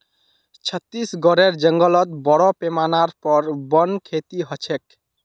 छत्तीसगढेर जंगलत बोरो पैमानार पर वन खेती ह छेक